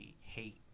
hate